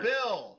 Bill